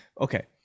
Okay